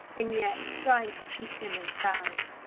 and yet trying to keep him in sight.